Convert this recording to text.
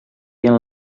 entre